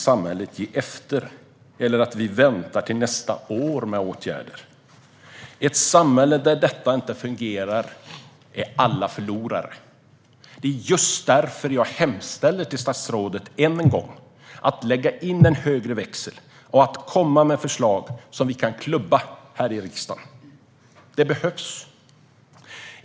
Samhället kan inte ge efter, och vi kan inte vänta med åtgärder till nästa år. I ett samhälle där detta inte fungerar är alla förlorare. Just därför hemställer jag än en gång till statsrådet att lägga in en högre växel och komma med förslag som vi kan klubba igenom här i riksdagen. Det behövs.